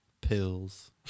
Pills